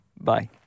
Bye